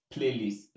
Playlist